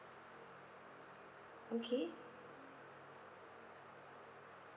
okay